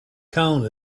count